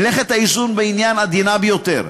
מלאכת האיזון בעניין עדינה ביותר.